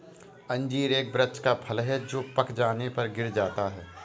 अंजीर एक वृक्ष का फल है जो पक जाने पर गिर जाता है